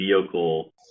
vehicle